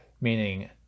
Meaning